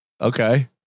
Okay